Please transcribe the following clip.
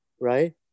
right